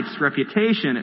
reputation